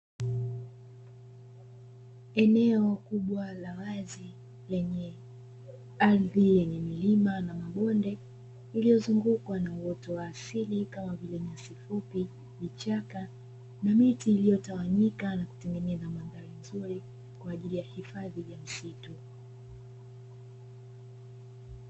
Eneo kubwa la wazi lenye ardhi yenye milima na mabonde lilozungukwa na uoto wa asili kama vile; nyasi fupi, vichaka na miti iliyotawanyika na kutengeneza mandhari nzuri kwa ajili ya hifadhi ya msitu.